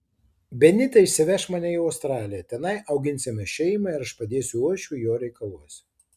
benita išsiveš mane į australiją tenai auginsime šeimą ir aš padėsiu uošviui jo reikaluose